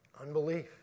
Unbelief